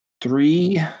three